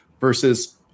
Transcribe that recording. versus